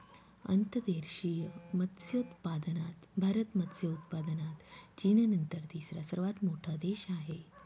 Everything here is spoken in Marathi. अंतर्देशीय मत्स्योत्पादनात भारत मत्स्य उत्पादनात चीननंतर तिसरा सर्वात मोठा देश आहे